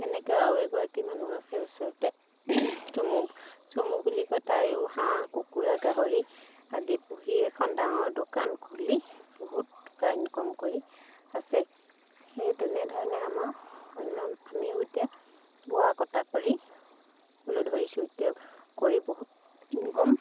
এনেকৈ আৰু এগৰাকী মানুহ আছে ওচৰতে চুমু চুমু বুলি কয় তায়ো হাঁহ কুকুৰা গাহৰি আদি পুহি এখন ডাঙৰ দোকান খুলি বহুত টকা ইনকম কৰি আছে সেই তেনেধৰণে আমাৰ অন্য আমিও এতিয়া বোৱা কটা কৰিবলৈ ধৰিছোঁ এতিয়া কৰি বহুত ইনকম